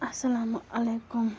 السلامُ علیکُم